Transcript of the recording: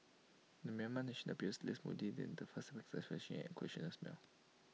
the Myanmar national appeared less moody than the first suspect flashing an occasional smile